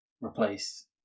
replace